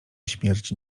śmierci